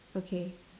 okay